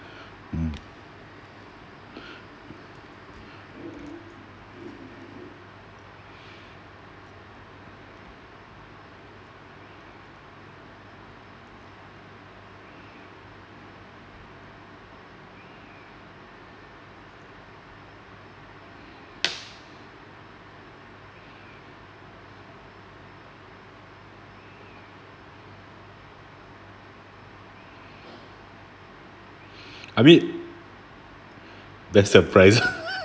mm I mean best surprise